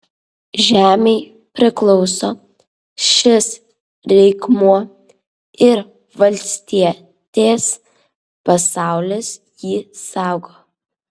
žemei priklauso šis reikmuo ir valstietės pasaulis jį saugo